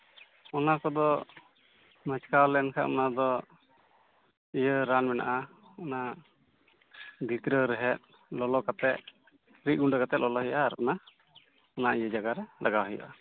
ᱚᱱᱟ ᱠᱚᱫᱚ ᱢᱚᱪᱠᱟᱣ ᱞᱮᱱᱠᱷᱟᱡ ᱚᱱᱟᱫᱚ ᱤᱭᱟᱹ ᱨᱟᱱ ᱢᱮᱱᱟᱜᱼᱟ ᱚᱱᱟ ᱫᱷᱤᱛᱨᱟᱹ ᱨᱮᱦᱮᱫ ᱞᱚᱞᱚ ᱠᱟᱛᱮ ᱨᱤᱫ ᱜᱩᱸᱰᱟᱹ ᱠᱟᱛᱮ ᱞᱚᱞᱚᱭ ᱦᱩᱭᱩᱜᱼᱟ ᱟᱨ ᱚᱱᱟ ᱚᱱᱟ ᱤᱭᱟᱹ ᱡᱟᱭᱜᱟ ᱨᱮ ᱞᱟᱜᱟᱣ ᱦᱩᱭᱩᱜᱼᱟ